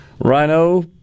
Rhino